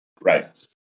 Right